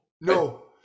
No